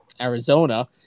Arizona